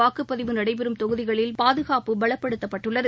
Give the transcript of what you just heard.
வாக்குபதிவு நடைபெறும் தொகுதிகளில் பாதுகாப்பு பலப்படுத்தப்பட்டுள்ளது